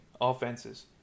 offenses